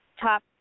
Top